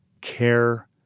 care